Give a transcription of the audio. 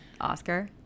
Oscar